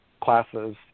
classes